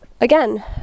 Again